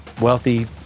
wealthy